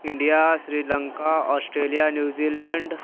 India Sri Lanka Australia New Zealand